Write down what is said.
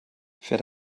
fährt